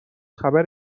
خبر